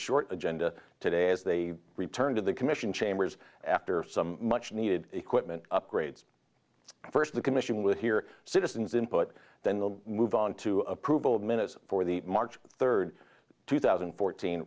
short agenda today as they return to the commission chambers after some much needed equipment upgrades first the commission will hear citizens input then they'll move on to approval of minutes for the march third two thousand and fourteen